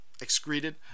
excreted